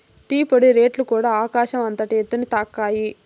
tea పొడి రేట్లుకూడ ఆకాశం అంతటి ఎత్తుని తాకాయి